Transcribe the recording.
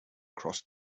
crossed